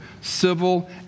civil